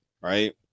right